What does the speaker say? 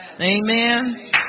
Amen